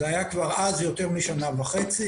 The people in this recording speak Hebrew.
זה היה כבר אז למעלה משנה וחצי.